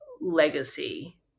legacy